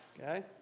Okay